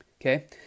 Okay